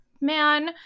man